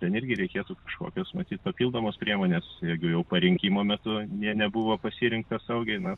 ten irgi reikėtų kažkokios matyt papildomos priemonės jeigu jau parinkimo metu jie nebuvo pasirinkta saugiai na